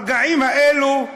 הרגעים האלה,